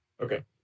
Okay